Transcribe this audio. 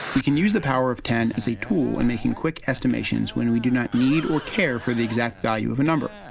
we can use the power of ten as a tool in and making quick estimations when we do not need or care for the exact value of a number.